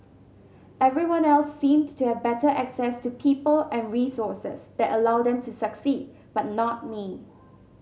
everyone else seemed to have better access to people and resources that allowed them to succeed but not me